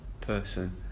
person